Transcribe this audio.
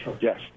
Yes